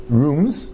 rooms